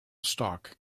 stalk